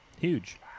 Huge